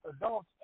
adults